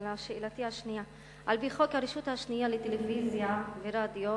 לשאלתי השנייה: על-פי חוק הרשות השנייה לטלוויזיה ורדיו,